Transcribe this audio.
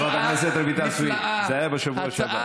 חברת הכנסת רויטל סויד, זה היה בשבוע שעבר.